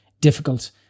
difficult